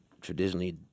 traditionally